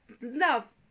love